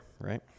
right